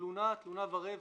תלונה ורבע.